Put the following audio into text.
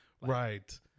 Right